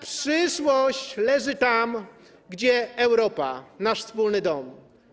Przyszłość leży tam, gdzie Europa, nasz wspólny dom.